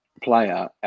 player